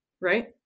right